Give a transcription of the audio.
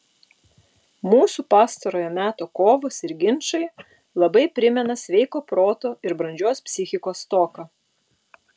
mūsų pastarojo meto kovos ir ginčai labai primena sveiko proto ir brandžios psichikos stoką